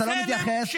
אתה לא מתייחס.